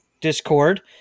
Discord